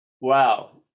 wow